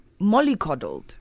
mollycoddled